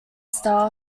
star